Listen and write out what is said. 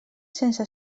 sense